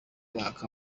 mwaka